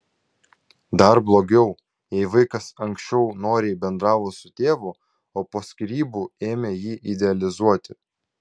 dar blogiau jei vaikas anksčiau noriai bendravo su tėvu o po skyrybų ėmė jį idealizuoti